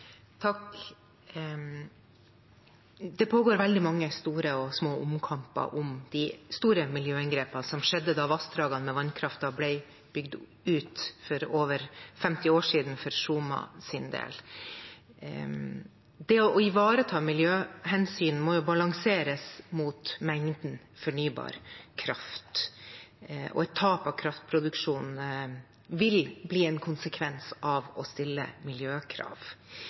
Det pågår veldig mange store og små omkamper om de store miljøinngrepene som skjedde da vassdragene med vannkraft ble bygd ut, for over 50 år siden for Skjomas del. Det å ivareta miljøhensyn må balanseres mot mengden fornybar kraft, og et tap av kraftproduksjon vil bli en konsekvens av å stille miljøkrav.